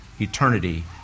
eternity